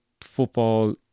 football